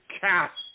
cast